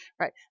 right